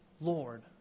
Lord